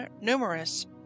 numerous